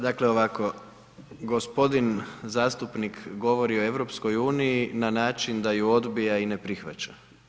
Dakle, ovako, gospodin zastupnik govori o EU, na način da ju odbija i ne prihvaća.